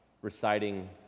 reciting